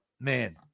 man